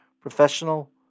professional